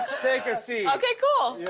take a seat. okay. cool.